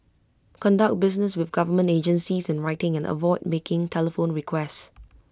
conduct business with government agencies in writing and avoid making telephone requests